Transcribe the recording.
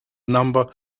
number